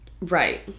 Right